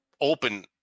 open